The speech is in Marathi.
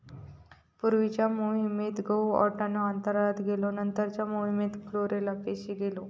पूर्वीच्या मोहिमेत गहु, वाटाणो अंतराळात गेलो नंतरच्या मोहिमेत क्लोरेला पेशी गेले